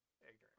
ignorant